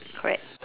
correct